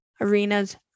arenas